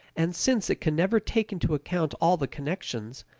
and since it can never take into account all the connections,